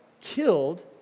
Killed